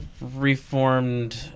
reformed